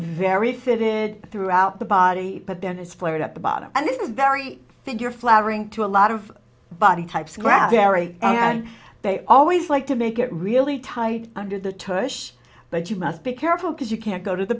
very fitted throughout the body but then it's flared at the bottom and this is very figure flattering to a lot of body types granbury and they always like to make it really tight under the turkish but you must be careful because you can't go to the